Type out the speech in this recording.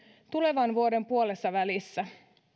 tulevan vuoden puolessavälissä